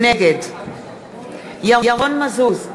נגד ירון מזוז,